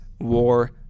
war